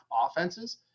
offenses